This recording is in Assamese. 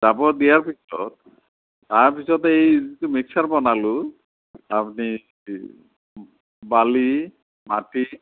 জাবৰ দিয়াৰ পিছত তাৰ পিছত এই যিটো মিক্সাৰ বনালোঁ আপুনি বালি মাটি